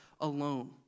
alone